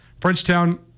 Frenchtown